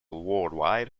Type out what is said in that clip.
worldwide